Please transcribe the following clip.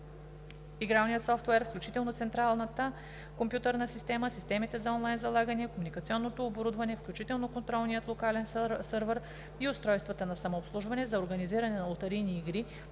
игралния софтуер, включително централната компютърна система, системите за онлайн залагания, комуникационното оборудване, включително контролния локален сървър и устройствата на самообслужване за организиране на лотарийни игри,